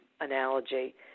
analogy